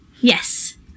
yes